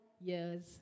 years